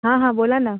हां हां बोला ना